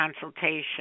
consultation